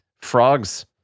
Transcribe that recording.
frogs